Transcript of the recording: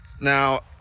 Now